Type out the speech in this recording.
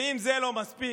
ואם זה לא מספיק